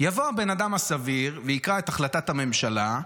יבוא האדם הסביר ויקרא את החלטת הממשלה,